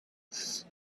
else